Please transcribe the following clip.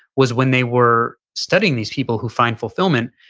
was when they were studying these people who find fulfillment,